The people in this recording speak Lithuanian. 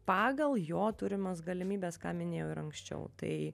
pagal jo turimas galimybes ką minėjau ir anksčiau tai